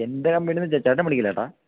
എന്റെ കമ്പനിയില്നിന്നു ചേട്ടന് മേടിക്കില്ലേ ചേട്ടാ